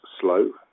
slow